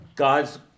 God's